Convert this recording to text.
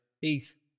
peace